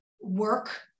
work